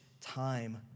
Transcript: time